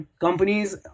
companies